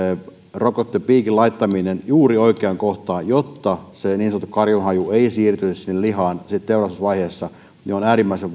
rokotepiikin laittaminen juuri oikeaan kohtaan jotta se niin sanottu karjunhaju ei siirtyisi lihaan teurastusvaiheessa on äärimmäisen